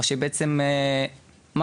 או שבעצם מה